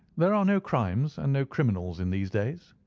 there are no crimes and no criminals in these days,